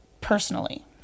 personally